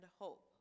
hope